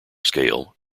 scale